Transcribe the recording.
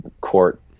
Court